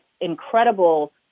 incredible